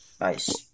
Nice